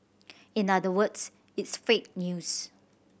in other words it's fake news